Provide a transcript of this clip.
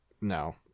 No